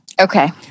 Okay